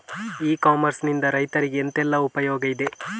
E commerce ನಿಂದ ರೈತರಿಗೆ ಎಂತೆಲ್ಲ ಉಪಯೋಗ ಇದೆ?